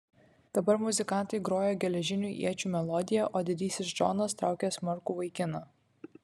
dabar muzikantai grojo geležinių iečių melodiją o didysis džonas traukė smarkų vaikiną